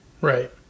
Right